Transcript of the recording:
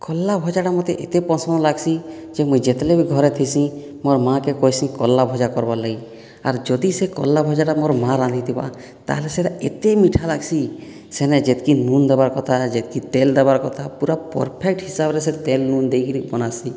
କଲରା ଭଜାଟା ମୋତେ ଏତେ ପସନ୍ଦ ଲାଗ୍ସି ଯେ ମୁଁ ଯେତେବେଳେ ବି ଘରେ ଥିସି ମୋର ମା' କୁ କହିସିନ୍ କଲରା ଭଜା କରିବାର ଲାଗି ଆର୍ ଯଦି ସେ କଲରା ଭଜାଟା ମୋର ମା' ରାନ୍ଧିଥିବ ତା'ହେଲେ ସେଇଟା ଏତେ ମିଠା ଲାଗ୍ସି ସେଣେ ଯେତିକି ଳୁଣ ଦେବାର କଥା ଯେତିକି ତେଲ ଦେବାର କଥା ପୂରା ପରଫେକ୍ଟ ହିସାବରେ ସେ ତେଲ ଲୁଣ ଦେଇକରି ବନାସି